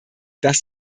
das